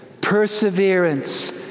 perseverance